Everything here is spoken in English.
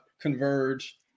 converge